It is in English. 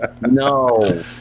No